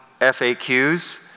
FAQs